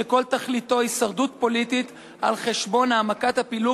שכל תכליתו הישרדות פוליטית על חשבון העמקת הפילוג